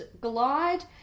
Glide